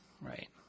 Right